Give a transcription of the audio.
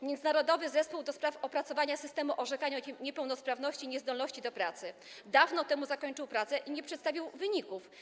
Międzyresortowy Zespół do Spraw Opracowania Systemu Orzekania o Niepełnosprawności oraz Niezdolności do Pracy dawno temu zakończył pracę i nie przedstawił wyników.